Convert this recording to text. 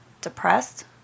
depressed